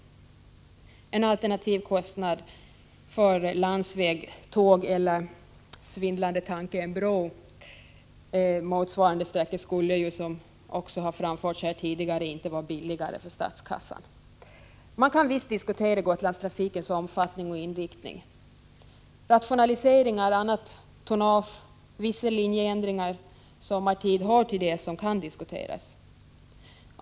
En alternativ kostnad för landsväg, tåg eller — svindlande tanke — en bro motsvarande sträcka skulle, som framförts här tidigare, inte vara billigare för statskassan. Man kan visst diskutera Gotlandstrafikens omfattning och inriktning. Rationaliseringar, annat tonnage och vissa linjeändringar sommartid hör till det som kan diskuteras.